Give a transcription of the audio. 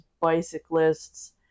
bicyclists